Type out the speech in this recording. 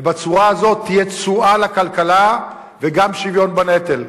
ובצורה הזאת תהיה תשואה לכלכלה וגם שוויון בנטל.